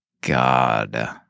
God